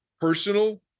personal